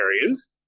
areas